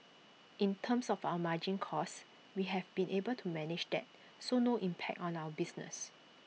in terms of our margin costs we have been able to manage that so no impact on our business